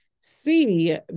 see